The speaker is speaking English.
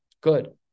Good